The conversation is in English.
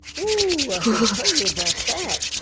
woo! i should tell you about that.